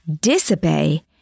Disobey